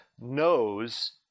knows